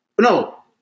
No